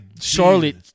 Charlotte